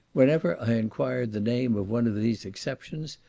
whenever i enquired the name of one of these exceptions,